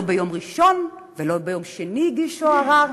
לא ביום ראשון ולא ביום שני הגישו ערר,